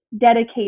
dedicate